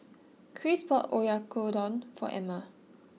Kris bought Oyakodon for Emmer